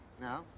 No